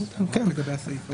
כן, לגבי הסעיף הזה.